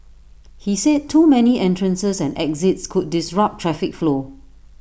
he said too many entrances and exits could disrupt traffic flow